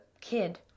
kid